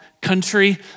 country